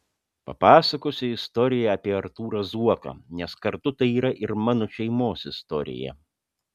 papasakosiu istoriją apie artūrą zuoką nes kartu tai yra ir mano šeimos istorija